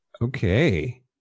Okay